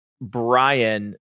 Brian